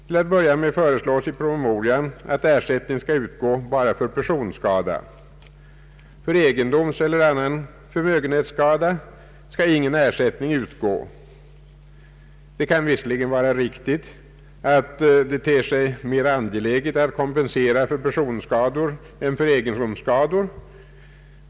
Till att börja med föreslås i promemorian, att ersättning skall utgå endast för personskada. För egendomseller annan förmögenhetsskada skall ingen ersättning utgå. Det kan visserligen vara riktigt att det ter sig mera angeläget att kompensera för personskador än för egendomsskador.